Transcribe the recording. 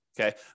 Okay